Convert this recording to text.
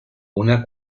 una